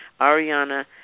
Ariana